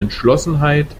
entschlossenheit